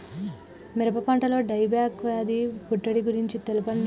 మిరప పంటలో dieback వ్యాధి ముట్టడి గురించి తెల్పండి?